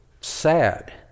Sad